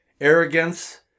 arrogance